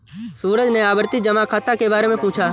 सूरज ने आवर्ती जमा खाता के बारे में पूछा